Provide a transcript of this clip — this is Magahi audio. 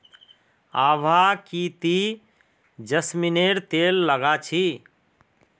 आभा की ती जैस्मिनेर तेल लगा छि